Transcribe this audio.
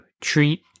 Treat